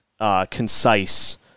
concise